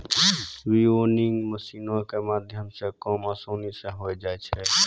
winnowing मशीनो के माध्यमो से काम असानी से होय जाय छै